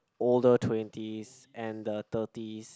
older twenties and the thirties